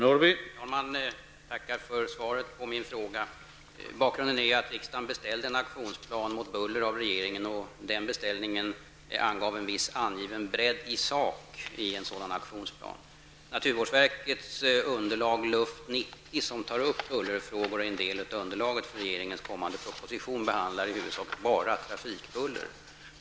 Herr talman! Jag tackar för svaret på min fråga. Bakgrunden är att riksdagen beställde en aktionsplan mot buller av regeringen. Den beställningen angav en viss angiven bredd i sak vid en sådan aktionsplan. Naturvårdsverkets underlag LUF 90 som tar upp bullerfrågor och som är en del av underlaget för regeringens kommande proposition behandlar i huvudsak bara trafikbuller.